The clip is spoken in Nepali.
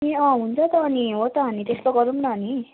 ए अँ हुन्छ त अनि हो त अनि त्यस्तो गरौँ न अनि